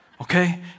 Okay